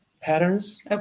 patterns